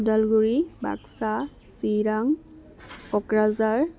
Udalguri Baksa Chirang Kokrajhar